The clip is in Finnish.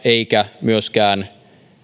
eikä myöskään